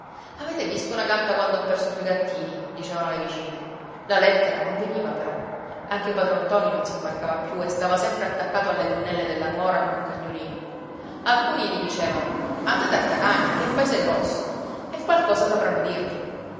avete visto una gatta quando ha perso i suoi gattini dicevano le vicine la lettera non veniva però anche padron ntoni non s'imbarcava più e stava sempre attaccato alle gonnelle della nuora come un cagnolino alcuni gli dicevano andate a catania che è paese grosso e qualcosa sapranno dirvi